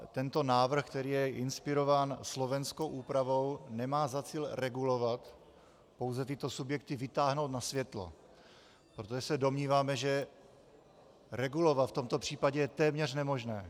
Tento návrh, který je inspirován slovenskou úpravou, nemá za cíl regulovat, pouze tyto subjekty vytáhnout na světlo, protože se domníváme, že regulovat v tomto případě je téměř nemožné.